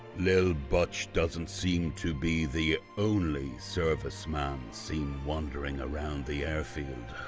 l'il butch doesn't seem to be the only serviceman seen wandering around the airfield,